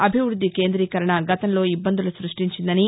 అభివృద్ది కేంద్రదీకరణ గతంలో ఇబ్బందులు సృష్టించిందని